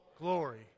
Glory